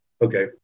okay